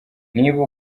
niba